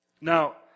Now